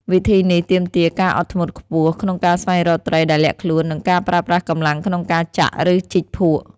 វិធីនេះទាមទារការអត់ធ្មត់ខ្ពស់ ក្នុងការស្វែងរកត្រីដែលលាក់ខ្លួន និងការប្រើប្រាស់កម្លាំង ក្នុងការចាក់ ឬជីកភក់។